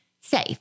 safe